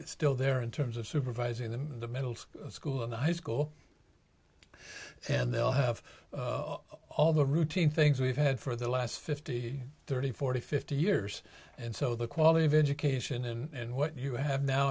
still there in terms of supervising them in the middle school and high school and they'll have all the routine things we've had for the last fifty thirty forty fifty years and so the quality of education and what you have now